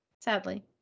Sadly